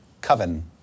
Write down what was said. coven